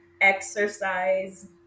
Exercise